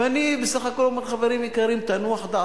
ואני בסך הכול אומר: חברים יקרים, תנוח דעתכם.